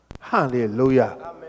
Hallelujah